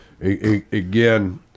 Again